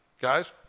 Guys